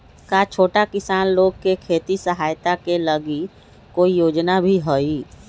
का छोटा किसान लोग के खेती सहायता के लगी कोई योजना भी हई?